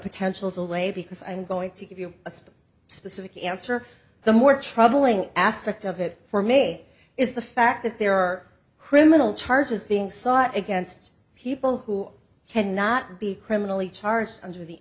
potential to lay because i'm going to give you a simple specific answer the more troubling aspect of it for may is the fact that there are criminal charges being sought against people who cannot be criminally charged under the